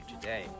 today